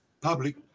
Public